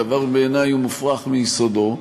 דבר שבעיני הוא מופרך מיסודו.